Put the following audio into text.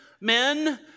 men